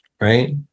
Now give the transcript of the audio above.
right